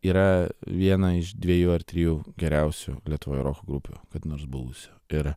yra viena iš dviejų ar trijų geriausių lietuvoje roko grupių kada nors buvusių ir